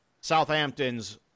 Southampton's